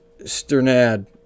Sternad